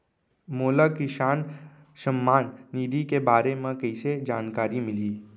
मोला किसान सम्मान निधि के बारे म कइसे जानकारी मिलही?